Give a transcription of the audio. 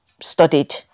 studied